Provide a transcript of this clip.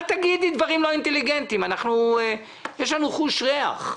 אל תגידי דברים לא אינטליגנטיים יש לנו חוש ריח.